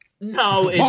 No